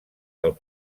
del